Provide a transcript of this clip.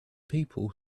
people